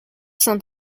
saint